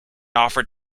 offered